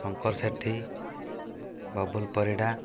Shankar Sethi Babul Parida